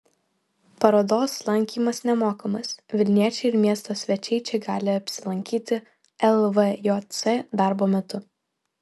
parodos lankymas nemokamas vilniečiai ir miesto svečiai čia gali apsilankyti lvjc darbo metu